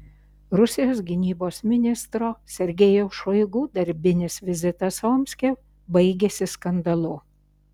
rusijos gynybos ministro sergejaus šoigu darbinis vizitas omske baigėsi skandalu